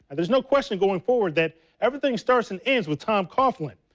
there's no question going forward that everything starts and ends with tom coughlin.